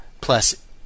plus